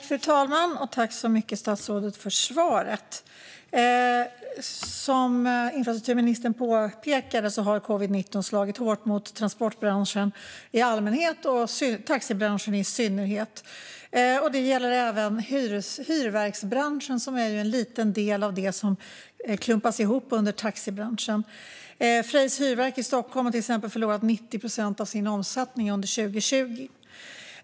Fru talman! Jag tackar statsrådet så mycket för svaret. Som infrastrukturministern påpekade har covid-19 slagit hårt mot transportbranschen i allmänhet och taxibranschen i synnerhet. Det gäller även hyrverksbranschen, som är en liten del av det som klumpas ihop under taxibranschen. Freys Hyrverk i Stockholm har till exempel förlorat 90 procent av sin omsättning under 2020.